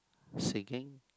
singing